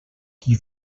qui